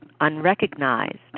unrecognized